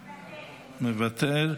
מוותר,